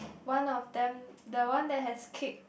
one of them the one that has kicked